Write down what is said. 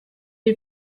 you